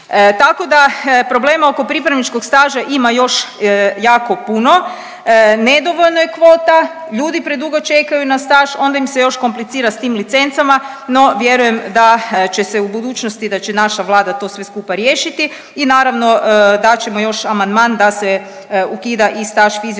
Tako da problema oko pripravničkog staža ima još jako puno, nedovoljno je kvota, ljudi predugo čekaju na staž, onda im se još komplicira s tim licencama, no vjerujem da će se u budućnosti, da će naša Vlada to sve skupa riješiti i naravno dat ćemo još amandman da se ukida i staž fizioterapeutskim